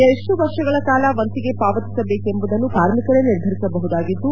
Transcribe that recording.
ಎಷ್ಸು ವರ್ಷಗಳ ಕಾಲ ವಂತಿಗೆ ಪಾವತಿಸಬೇಕೆಂಬುದನ್ನು ಕಾರ್ಮಿಕರೇ ನಿರ್ಧರಿಸಬಹುದಾಗಿದ್ದು